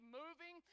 moving